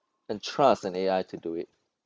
entrust an A_I to do it